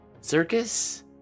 Circus